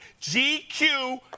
GQ